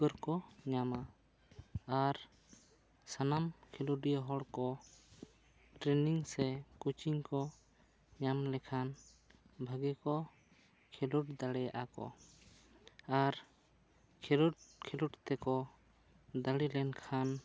ᱩᱯᱠᱟᱹᱨ ᱠᱚ ᱧᱟᱢᱟ ᱟᱨ ᱥᱟᱱᱟᱢ ᱠᱷᱮᱞᱚᱰᱤᱭᱟ ᱦᱚᱲ ᱠᱚ ᱴᱨᱮᱱᱤᱝ ᱥᱮ ᱠᱚᱪᱤᱝ ᱠᱚ ᱧᱟᱢ ᱞᱮᱠᱷᱟᱱ ᱵᱷᱟᱹᱜᱤ ᱠᱚ ᱠᱷᱮᱞᱚᱰ ᱫᱟᱲᱮᱭᱟᱜᱼᱟ ᱠᱚ ᱟᱨ ᱠᱷᱮᱞᱚᱰ ᱠᱷᱮᱞᱚᱰ ᱛᱮ ᱠᱚ ᱫᱟᱲᱮ ᱞᱮᱱ ᱠᱷᱟᱱ